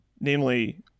namely